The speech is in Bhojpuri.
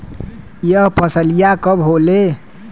यह फसलिया कब होले?